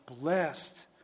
blessed